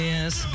Yes